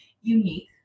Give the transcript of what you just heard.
unique